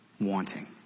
wanting